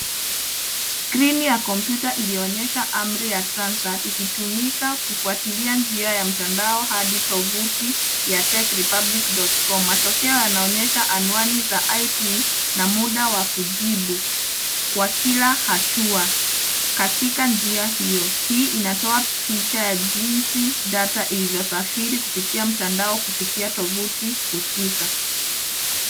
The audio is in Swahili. Skrini ya kompyuta iliyoonyesha amri ya transact inayotumika kwa kutumia njia ya mtandao hadi tovuti ya techrepublic.com . Matokeo yanaonyesha anwani za IP na muda wa kujibu kwa kila hatua katika njia hiyo. Hii inatoa picha ya jinsi data ilivyosafiri kupitia mtandao kufikia tovuti husika.